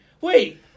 Wait